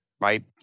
right